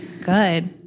Good